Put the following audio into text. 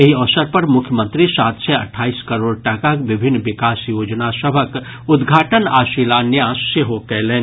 एहि अवसर पर मुख्यमंत्री सात सय अठाईस करोड़ टाकाक विभिन्न विकास योजना सभक उद्घाटन आ शिलान्यास सेहो कयलनि